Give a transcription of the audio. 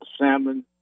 salmon